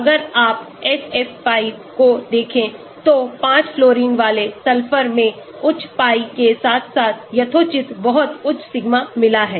अगर आप SF5 को देखें तो 5 फ्लोरीन वाले सल्फर में उच्च pi के साथ साथ यथोचित बहुत उच्च सिग्मा मिला है